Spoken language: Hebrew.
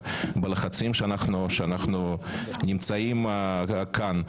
בלחצים שאנחנו נמצאים כאן,